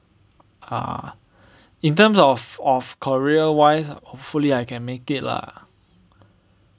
ah in terms of of career wise hopefully I can make it lah